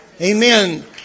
Amen